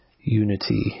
Unity